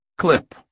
Clip